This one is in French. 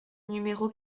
numéro